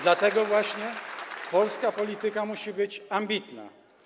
Dlatego właśnie polska polityka musi być ambitna.